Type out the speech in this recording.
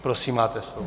Prosím, máte slovo.